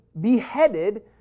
beheaded